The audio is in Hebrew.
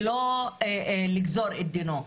ולא לגזור את דינו.